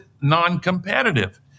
non-competitive